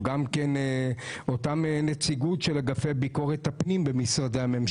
או נציגים של אגפי ביקורת הפנים בממשלה